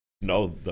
No